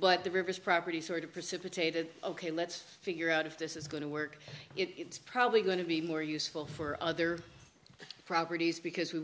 but the river's property sort of precipitated ok let's figure out if this is going to work it's probably going to be more useful for other properties because we